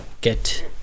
get